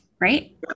Right